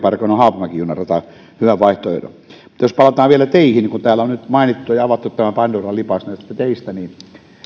parkano haapamäki junarata hyvän vaihtoehdon mutta jos palataan vielä teihin niin kuin täällä on nyt mainittu ja avattu tämä pandoran lipas näistä teistä niin